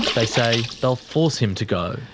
they say they'll force him to go.